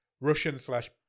Russian-slash-